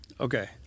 Okay